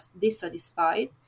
dissatisfied